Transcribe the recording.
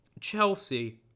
Chelsea